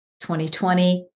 2020